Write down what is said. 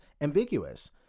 ambiguous